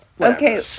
okay